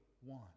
one